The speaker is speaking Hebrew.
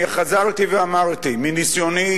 אני חזרתי ואמרתי, מניסיוני